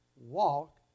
walk